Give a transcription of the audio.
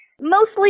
mostly